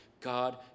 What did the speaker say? God